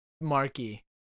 Marky